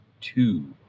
two